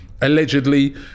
allegedly